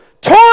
toy